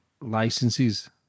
licenses